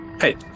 Hey